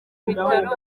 bitaro